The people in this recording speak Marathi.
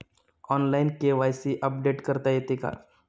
ऑनलाइन के.वाय.सी अपडेट करता येते का?